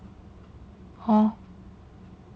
hor